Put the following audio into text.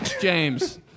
James